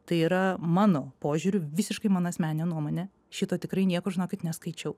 tai yra mano požiūriu visiškai mano asmenine nuomone šito tikrai niekur žinokit neskaičiau